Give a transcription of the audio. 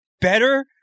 better